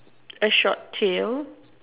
a short tail